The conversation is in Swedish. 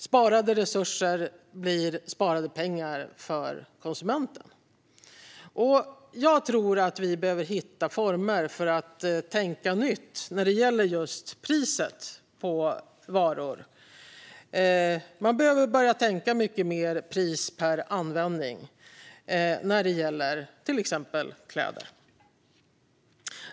Sparade resurser blir sparade pengar för konsumenten. Jag tror att vi behöver hitta former för att tänka nytt när det gäller just priset på varor. Vi behöver börja tänka mycket mer pris per användning när det gäller till exempel kläder.